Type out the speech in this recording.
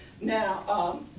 Now